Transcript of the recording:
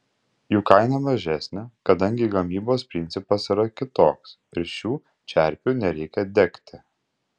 jų kaina mažesnė kadangi gamybos principas yra kitoks ir šių čerpių nereikia degti